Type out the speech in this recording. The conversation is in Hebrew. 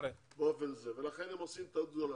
לכן הם עושים טעות גדולה.